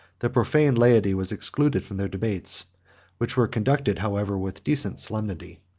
the profane laity was excluded from their debates which were conducted, however, with decent solemnity.